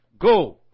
Go